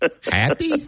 Happy